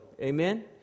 Amen